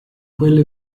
quelle